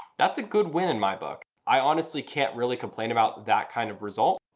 that's a good win in my book. i honestly can't really complain about that kind of result.